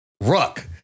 Ruck